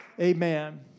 Amen